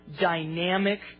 dynamic